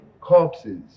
corpses